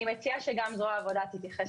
אני מציעה שגם זרוע העבודה תתייחס